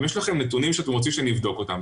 אם יש לכם נתונים שאתם רוצים שאני אבדוק אותם,